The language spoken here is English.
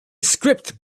script